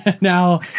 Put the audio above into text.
Now